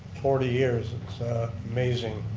forty years it's amazing.